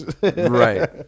Right